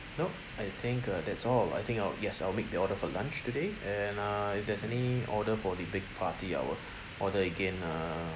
no I think uh that's all I think I'll yes I'll make the order for lunch today and uh if there's any order for the big party I will order again err